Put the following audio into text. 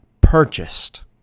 purchased